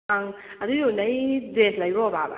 ꯑꯪ ꯑꯗꯨꯒꯤꯗꯣ ꯂꯩꯗꯦ ꯂꯩꯔꯨꯔꯕ꯭ꯔꯕ